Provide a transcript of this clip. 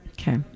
Okay